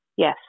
Yes